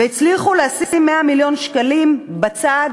והצליחו לשים 100 מיליון שקלים בצד